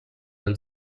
and